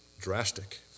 drastic